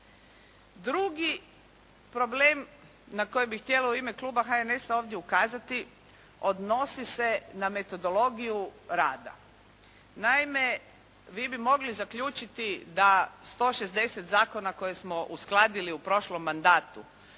Drugi problem na koji bih htjela u ime kluba HNS-a ovdje ukazati odnosi se na metodologiju rada. Naime, vi bi mogli zaključiti da 160 zakona koje smo uskladili u prošlom mandatu